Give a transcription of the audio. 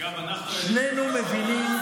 שנינו מבינים,